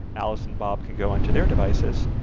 alice and bob could go onto their devices,